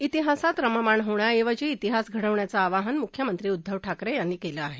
इतिहासात रममाण होण्याऐवजी इतिहास घडवण्याचं आवाहन म्ख्यमंत्री उध्दव ठाकरे यांनी व्यक्त केला आहे